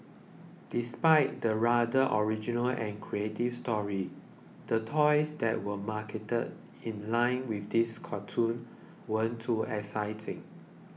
despite the rather original and creative story the toys that were marketed in line with this cartoon weren't too exciting